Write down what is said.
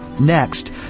Next